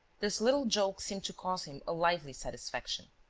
this little joke seemed to cause him a lively satisfaction.